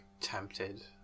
tempted